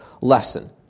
lesson